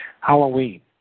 Halloween